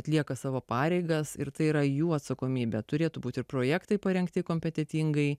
atlieka savo pareigas ir tai yra jų atsakomybė turėtų būti ir projektai parengti kompetentingai